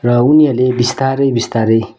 र उनीहरले बिस्तारै बिस्तारै